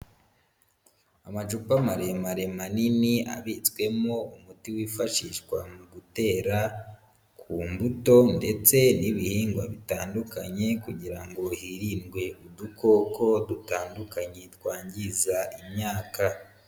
Amacupa maremare manini abitswemo umuti wifashishwa mu gutera ku mbuto ndetse n'ibihingwa bitandukanye kugira ngo hirindwe udukoko dutandukanye twangiza imyaka.